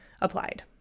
applied